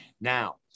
Now